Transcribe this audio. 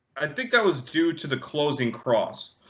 i think that was due to the closing cross.